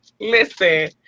Listen